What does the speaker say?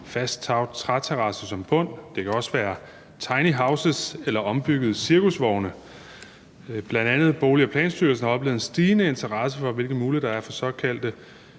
fast træterrasse som bund. Det kan også være tinyhouses eller ombyggede cirkusvogne. Bl.a. Bolig- og Planstyrelsen har oplevet en stigende interesse for, hvilke muligheder der er for